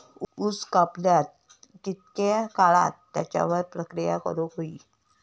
ऊस कापल्यार कितके काळात त्याच्यार प्रक्रिया करू होई?